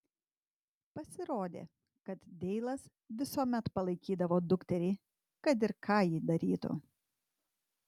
pasirodė kad deilas visuomet palaikydavo dukterį kad ir ką ji darytų